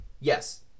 yes